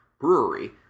brewery